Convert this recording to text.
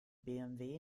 bmw